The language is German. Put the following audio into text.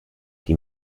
die